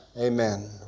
Amen